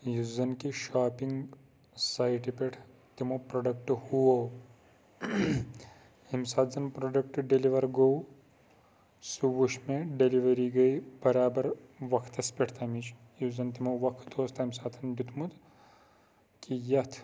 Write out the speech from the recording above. یُس زَنہِ کہِ شاپِنگ سایٹہِ پٮ۪ٹھ تِمو پروڈَکٹ ہوو ییٚمہِ ساتہِ زَن پروڈَکٹ ڈیٚلِوَر گوٚو سُہ وُچھ مےٚ ڈیٚلِؤری گٔے بَرابَر وَقتَس پٮ۪ٹھ تِمِچ یُس زَن تِمو وَقت اوس تِمہِ ساتہٕ دِیُتمُت کہِ یَتھ